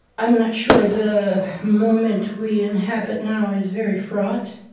i'm not sure. the moment we inhabit now is very fraught.